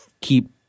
keep